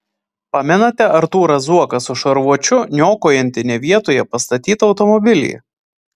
pamenate artūrą zuoką su šarvuočiu niokojantį ne vietoje pastatytą automobilį